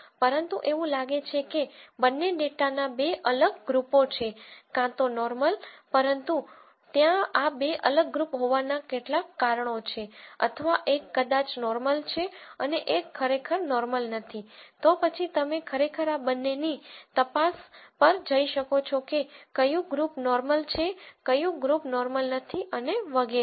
પરંતુ એવું લાગે છે કે બન્ને ડેટાના બે અલગ ગ્રુપો છે કાં તો નોર્મલ પરંતુ ત્યાં આ બે અલગ ગ્રુપ હોવાના કેટલાક કારણો છે અથવા એક કદાચ નોર્મલ છે અને એક ખરેખર નોર્મલ નથી તો પછી તમે ખરેખર આ બંનેની તપાસ પર જઈ શકો છો કે કયું ગ્રુપ નોર્મલ છે ક્યું નોર્મલ નથી અને વગેરે